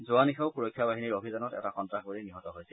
যোৱা নিশাও সুৰক্ষা বাহিনীৰ অভিযানত এটা সন্ত্ৰাসবাদী নিহত হৈছিল